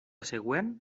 següent